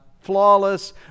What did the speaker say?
flawless